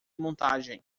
montagem